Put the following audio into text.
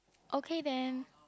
okay then